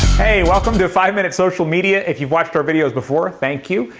hey, welcome to five minute social media. if you've watched our videos before, thank you.